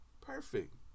perfect